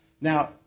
Now